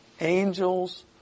Angels